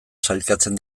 sailkatzen